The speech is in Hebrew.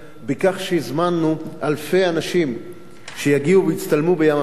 בכך שהזמנו אלפי אנשים שיגיעו ויצטלמו בים-המלח,